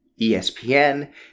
ESPN